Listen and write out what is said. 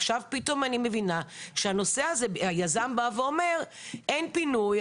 ועכשיו פתאום אני מבינה שהיזם בא ואומר: אין פינוי,